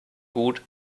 gut